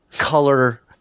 color